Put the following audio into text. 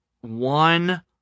one